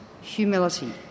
humility